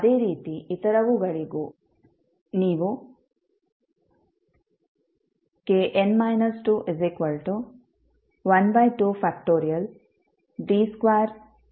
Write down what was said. ಅದೇ ರೀತಿ ಇತರವುಗಳಿಗೂ ನೀವು kn 212